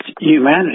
humanity